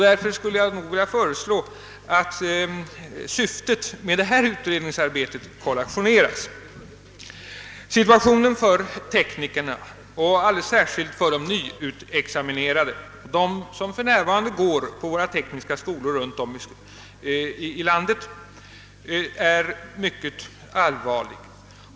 Därför skulle jag vilja föreslå att syftet med detta utredningsarbete kollationeras. Situationen för teknikerna, och alldeles särskilt för de nyutexaminerade och dem som för närvarande går på tekniska skolor runt om i landet, är mycket allvarlig.